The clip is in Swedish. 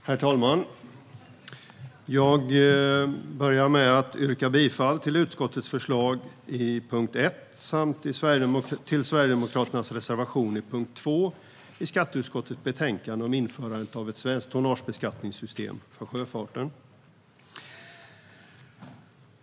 Herr talman! Jag börjar med att yrka bifall till utskottets förslag i punkt 1 samt till Sverigedemokraternas reservation i punkt 2 i skatteutskottets betänkande om införande av ett svenskt tonnagebeskattningssystem för sjöfarten.